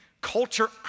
culture